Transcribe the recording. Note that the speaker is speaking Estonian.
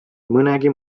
mõnegi